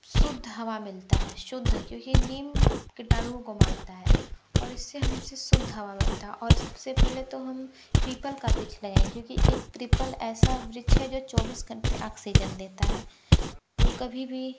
शुद्ध हवा मिलता है शुद्ध क्योंकि नीम कीटाणुओं को मारता है और इससे हमसे शुद्ध हवा मिलता है और सबसे पहले तो हम पीपल का वृक्ष लगाएंगे क्योंकि एक पीपल ऐसा वृक्ष है जो चौबीस घंटे ऑक्सीजन देता है वो कभी भी